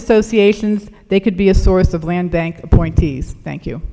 associations they could be a source of land bank appointees thank you